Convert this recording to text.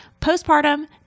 postpartum